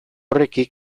horrekin